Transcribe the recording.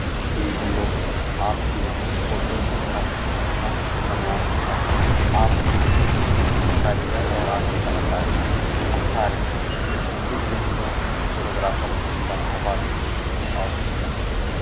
कि हम लोग आपके यहाँ फोटो अच्छा से अच्छा मनवाएँ ताकि आपके कारीगर और आपकी कलाकारी अच्छा रहे इसलिए हम लोग फोटोग्राफर को बढ़ावा देते हैं और उसका